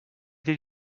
did